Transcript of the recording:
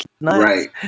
right